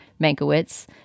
Mankiewicz